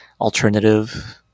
alternative